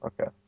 okay